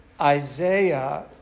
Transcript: Isaiah